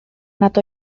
nad